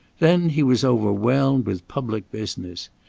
then he was overwhelmed with public business.